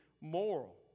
moral